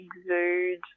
exude